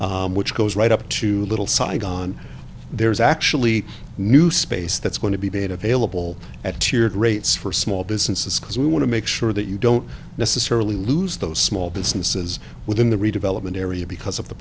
which goes right up to little saigon there is actually new space that's going to be made available at tiered rates for small businesses because we want to make sure that you don't necessarily lose those small businesses within the redevelopment area because of the